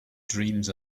dreams